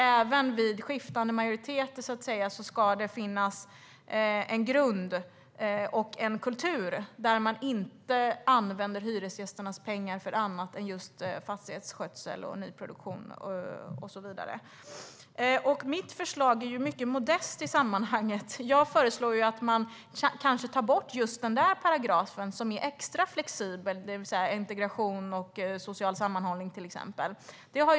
Även vid skiftande majoritet ska det finnas en grund och en kultur där man inte använder hyresgästernas pengar till annat än fastighetsskötsel, nyproduktion och så vidare. Mitt förslag är mycket modest. Jag föreslår att man kanske tar bort den paragraf som är extra flexibel, det vill säga den om integration och social sammanhållning.